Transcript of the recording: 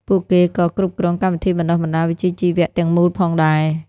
ពួកគេក៏គ្រប់គ្រងកម្មវិធីបណ្តុះបណ្តាលវិជ្ជាជីវៈទាំងមូលផងដែរ។